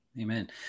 Amen